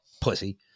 Pussy